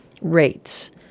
rates